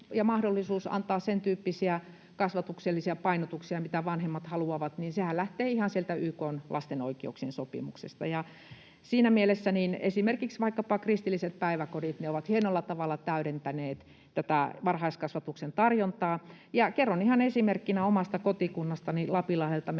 ja ‑mahdollisuus antaa sentyyppisiä kasvatuksellisia painotuksia, mitä vanhemmat haluavat, lähtee ihan sieltä YK:n lasten oikeuksien sopimuksesta. Siinä mielessä esimerkiksi vaikkapa kristilliset päiväkodit ovat hienolla tavalla täydentäneet tätä varhaiskasvatuksen tarjontaa. Kerron ihan esimerkkinä omasta kotikunnastani Lapinlahdelta: